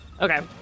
Okay